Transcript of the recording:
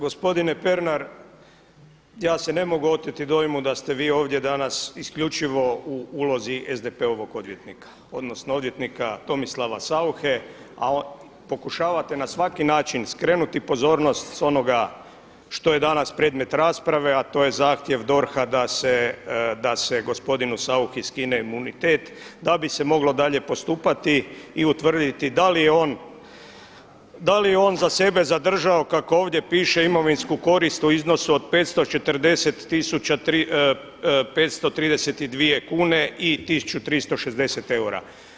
Gospodine Pernar ja se ne mogu oteti dojmu da ste vi ovdje danas isključivo u ulozi SDP-ovog odvjetnika, odnosno odvjetnika Tomislava Sauche, a pokušavate na svaki način skrenuti pozornost sa onoga što je danas predmet rasprave, a to je zahtjev DORH-a da se gospodinu Sauchi skine imunitet da bi se moglo dalje postupati i utvrditi da li je on za sebe zadržao kako ovdje piše imovinsku korist u iznosu od 540532 kune i 1360 eura.